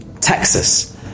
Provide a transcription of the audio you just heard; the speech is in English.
Texas